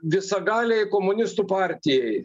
visagalei komunistų partijai